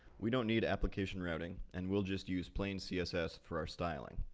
we don't need application routing, and we'll just use plain css for our styling.